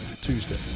Tuesday